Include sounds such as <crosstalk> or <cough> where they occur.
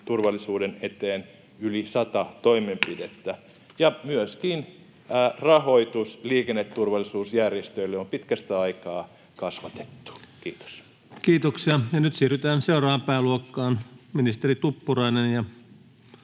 Turvallisuuden eteen yli sata toimenpidettä. <noise> Ja myöskin rahoitusta liikenneturvallisuusjärjestöille on pitkästä aikaa kasvatettu. — Kiitos. Kiitoksia. — Ja nyt siirrytään seuraavaan pääluokkaan. — Ministeri Tuppurainen